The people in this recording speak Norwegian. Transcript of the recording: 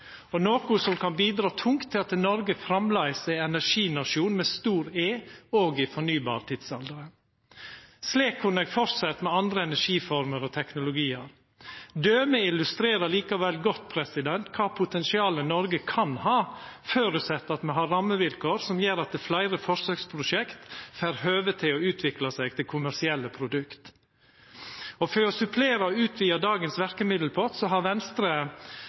og noko som kan bidra tungt til at Noreg framleis er energinasjon med stor E, òg i fornybar-tidsalderen. Slik kunne eg fortsett med andre energiformer og teknologiar. Dømet illustrerer likevel godt kva potensial Noreg kan ha, føresett at me har rammevilkår som gjer at fleire forsøksprosjekt får høve til å utvikla seg til kommersielle produkt. For å supplera og utvida dagens verkemiddelpott har Venstre